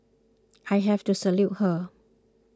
I have to salute her